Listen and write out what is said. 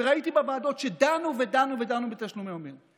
וראיתי בוועדות שדנו ודנו ודנו בתשלומי הורים.